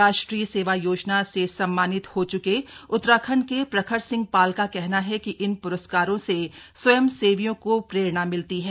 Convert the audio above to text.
राष्ट्रीय सेवा योजना से सम्मानित हो च्के उत्तराखंड के प्रखर सिंह पाल का कहना है कि इन प्रस्कारों से स्वयंसेवियों को प्रेरणा मिलती है